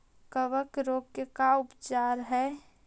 कबक रोग के का उपचार है?